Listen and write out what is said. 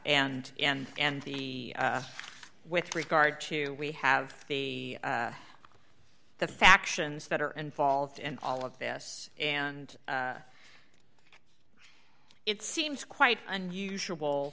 and and and the with regard to we have the the factions that are involved in all of this and it seems quite unusual